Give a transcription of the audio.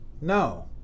No